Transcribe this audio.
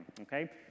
okay